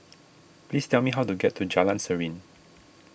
please tell me how to get to Jalan Serene